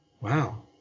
wow